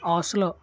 Oslo